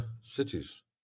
cities